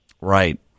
Right